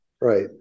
Right